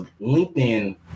LinkedIn –